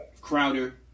Crowder